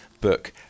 book